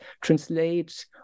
translate